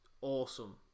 awesome